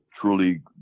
truly